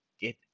get